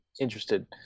interested